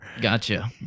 Gotcha